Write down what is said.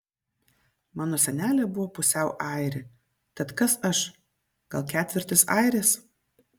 mano senelė buvo pusiau airė tad kas aš gal ketvirtis airės